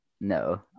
No